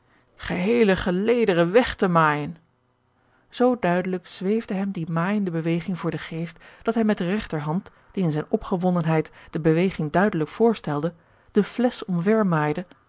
geheele gelederen weg te maaijen z duidelijk zweefde hem die maaijende beweging voor den geest dat hij met de regter hand die in zijne opgewondenheid de beweging duidelijk voorstelde de flesch omver